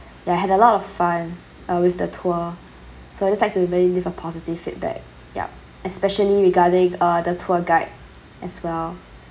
that I had a lot of fun uh with the tour so I just like to maybe leave a positive feedback yup especially regarding uh the tour guide as well